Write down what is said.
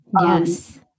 Yes